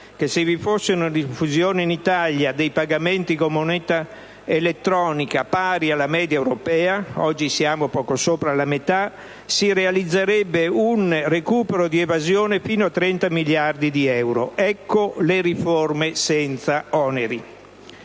che, se vi fosse una diffusione in Italia dei pagamenti con moneta elettronica pari alla media europea (oggi siamo poco sopra la metà), si realizzerebbe un recupero di evasione fino a 30 miliardi di euro. Ecco le riforme senza oneri.